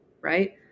right